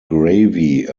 gravy